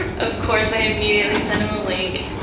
ah of course, i immediately sent him a link.